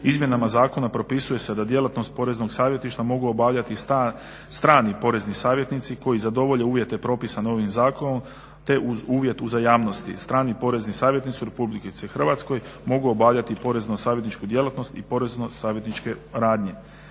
Izmjenama Zakona propisuje se da djelatnost poreznog savjetništva mogu obavljati strani porezni savjetnici koji zadovolje uvjete propisane ovim zakonom te uz uvjet uzajamnosti, strani porezni savjetnici u Republici Hrvatskoj mogu obavljati porezno savjetničku djelatnost i porezno savjetničke radnje.